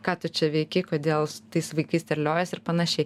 ką tu čia veiki kodėl tais vaikais terliojiesi ir panašiai